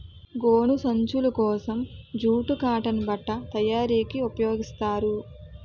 గోను సంచులు కోసం జూటు కాటన్ బట్ట తయారీకి ఉపయోగిస్తారు